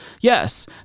Yes